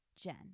Jen